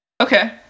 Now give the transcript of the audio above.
Okay